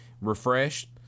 refreshed